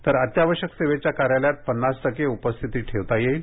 तर अत्यावश्यक सेवेच्या कार्यालयात पन्नास टक्के उपस्थिती ठेवता येईल